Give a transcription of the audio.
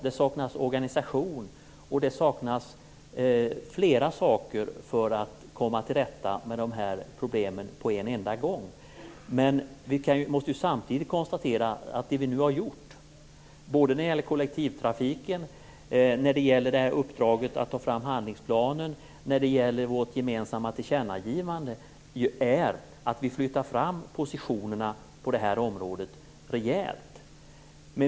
Det saknas organisation, och det saknas flera saker för att komma till rätta med problemen på en gång. Vi måste samtidigt konstatera att det vi nu har gjort - när det gäller kollektivtrafiken, uppdraget att ta fram handlingsplanen och vårt gemensamma tillkännagivande - är att vi flyttar fram positionerna rejält på det här området.